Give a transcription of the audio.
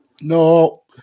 no